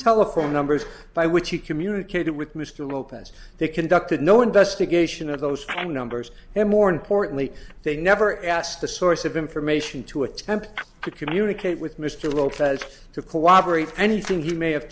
telephone numbers by which he communicated with mr lopez they conducted no investigation of those numbers and more importantly they never asked the source of information to attempt to communicate with mr lopez to cooperate anything he may have